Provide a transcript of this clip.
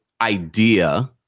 idea